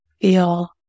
Feel